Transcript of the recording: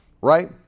Right